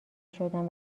شدم